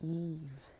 eve